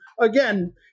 again